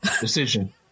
decision